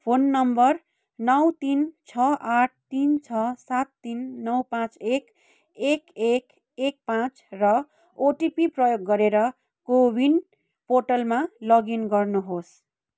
phone number नौ तिन छ आठ तिन छ सात तिन नौ पाँच एक एक एक एक पाँच र ओटिपी प्रयोग गरेर को विन पोर्टलमा लगइन गर्नुहोस्